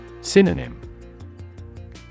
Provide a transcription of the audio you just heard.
Synonym